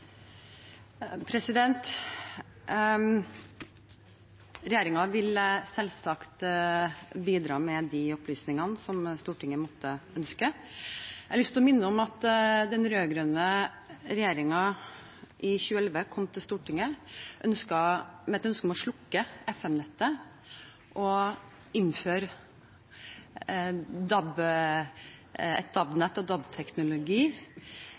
vil selvsagt bidra med de opplysningene som Stortinget måtte ønske. Jeg har lyst til å minne om at den rød-grønne regjeringen i 2011 kom til Stortinget med et ønske om å slukke FM-nettet og innføre et DAB-nett og